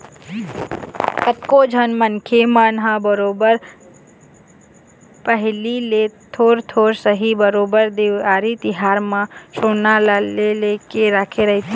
कतको झन मनखे मन ह बरोबर पहिली ले थोर थोर ही सही बरोबर देवारी तिहार मन म सोना ल ले लेके रखे रहिथे